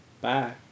Bye